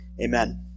Amen